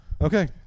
Okay